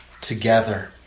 together